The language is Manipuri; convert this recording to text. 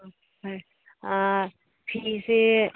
ꯐꯤꯁꯦ